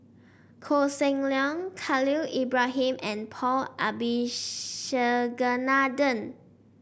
Koh Seng Leong Khalil Ibrahim and Paul Abisheganaden